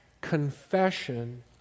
confession